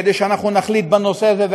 כדי שנחליט בנושא הזה.